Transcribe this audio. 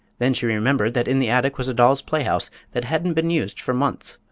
then she remembered that in the attic was a doll's playhouse that hadn't been used for months,